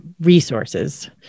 resources